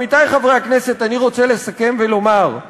עמיתי חברי הכנסת, אני רוצה לסכם ולומר: